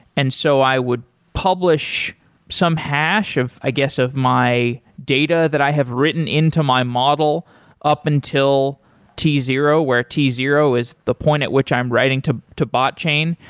and so i would publish some hash of, i guess, of my data that i have written into my model up until t zero, where t zero is the point at which i'm writing to to botchain.